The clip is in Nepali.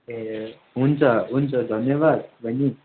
ए हुन्छ हुन्छ धन्यवाद बहिनी